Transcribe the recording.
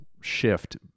shift